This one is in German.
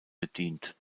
bedient